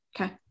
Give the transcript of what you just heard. Okay